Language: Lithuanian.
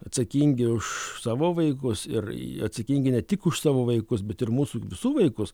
atsakingi už savo vaikus ir atsakingi ne tik už savo vaikus bet ir mūsų visų vaikus